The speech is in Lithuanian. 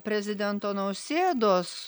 prezidento nausėdos